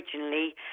originally